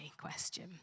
question